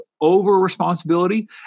over-responsibility